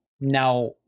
Now